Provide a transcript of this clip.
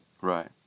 Right